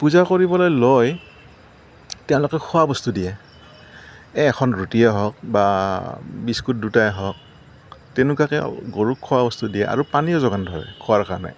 পূজা কৰিবলৈ লৈ তেওঁলোকে খোৱা বস্তু দিয়ে এ এখন ৰুটিয়ে হওক বা বিস্কুট দুটাই হওক তেনেকুৱাকৈ গৰুক খোৱাবস্তু দিয়ে আৰু পানীও যোগান ধৰে খোৱাৰ কাৰণে